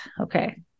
Okay